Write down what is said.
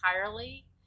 entirely